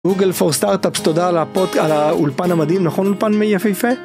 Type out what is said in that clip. גוגל פור סטארטאפס תודה על האולפן המדהים נכון אולפן יפהפה.